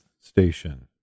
Station